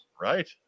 Right